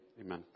amen